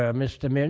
ah mr. mayor,